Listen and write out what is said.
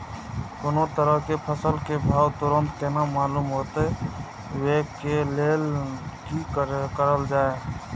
कोनो तरह के फसल के भाव तुरंत केना मालूम होते, वे के लेल की करल जाय?